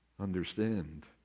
understand